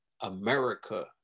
America